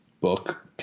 book